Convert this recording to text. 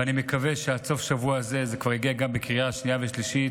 ואני מקווה שעד סוף השבוע הזה זה כבר יגיע גם לקריאה שנייה ושלישית